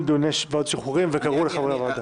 דיוני ועדת השחרורים וקראו לחברי הוועדה.